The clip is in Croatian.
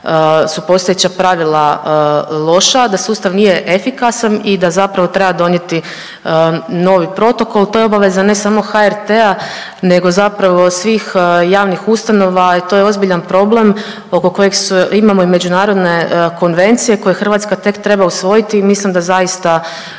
su postojeća pravila loša, da sustav nije efikasan i da zapravo treba donijeti novi protokol. To je obaveza ne samo HRT-a nego zapravo svih javnih ustanova i to je ozbiljan problem oko kojeg imamo i međunarodne konvencije koje Hrvatska tek treba usvojiti i mislim da zaista